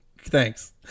Thanks